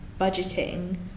budgeting